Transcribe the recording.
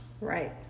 Right